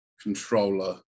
controller